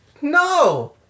No